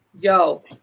yo